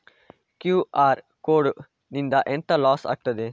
QR code ನಿಂದ ಎಂತ loss ಆಗ್ತದೆ?